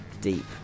deep